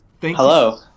Hello